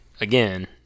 again